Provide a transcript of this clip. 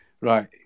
right